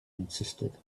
insisted